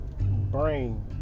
brain